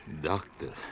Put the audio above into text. Doctor